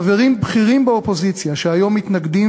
חברים בכירים באופוזיציה שהיום מתנגדים